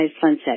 sunset